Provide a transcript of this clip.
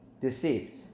deceived